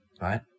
right